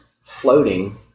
floating